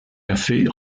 cafés